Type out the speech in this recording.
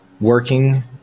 working